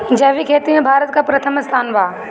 जैविक खेती में भारत का प्रथम स्थान बा